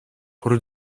por